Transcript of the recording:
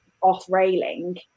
off-railing